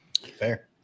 Fair